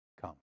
come